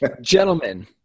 gentlemen